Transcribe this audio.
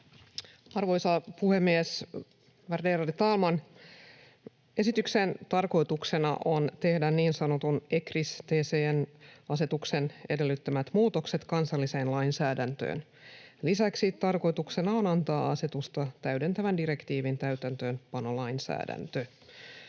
Arvoisa puhemies, värderade talman! Esityksen tarkoituksena on tehdä niin sanotun ECRIS-TCN-asetuksen edellyttämät muutokset kansalliseen lainsäädäntöön. Lisäksi tarkoituksena on antaa asetusta täydentävän direktiivin täytäntöönpanolainsäädäntö.